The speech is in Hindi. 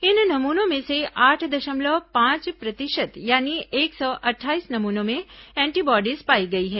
इन नमूनों में से आठ दशमलव पांच प्रतिशत यानी एक सौ अट्ठाईस नमूनों में एंडीबॉडीज पाई गई है